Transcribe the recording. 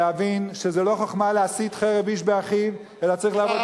להבין שזה לא חוכמה להסית חרב איש באחיו אלא צריך ללכת,